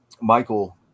Michael